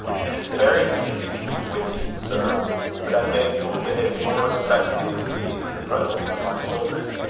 it is very easy to be witty, sir but i beg you will behave more respectfully to me in the presence of my children,